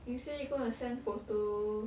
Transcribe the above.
you say you gonna send photo